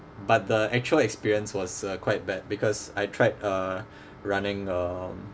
but the actual experience was uh quite bad because I tried uh running um